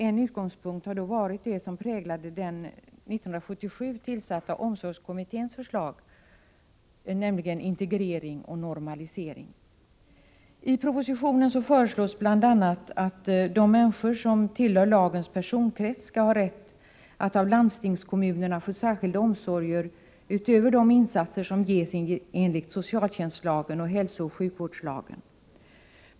En utgångspunkt har då varit det som präglade den år 1977 tillsatta omsorgskommitténs förslag, nämligen integrering och normalisering. I propositionen föreslås bl.a. att de människor som tillhör lagens personkrets skall ha rätt att av landstingskommunerna få särskilda omsorger utöver de insatser som ges enligt socialtjänstlagen och hälsooch sjukvårdslagen.